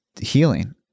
healing